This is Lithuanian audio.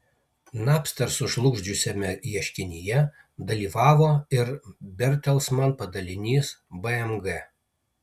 napster sužlugdžiusiame ieškinyje dalyvavo ir bertelsman padalinys bmg